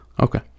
Okay